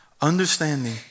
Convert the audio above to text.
Understanding